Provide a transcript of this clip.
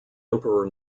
emperor